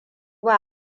ba